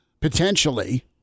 potentially